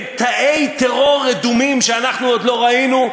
תאי טרור רדומים שאנחנו עוד לא ראינו?